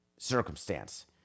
Circumstance